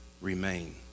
Remain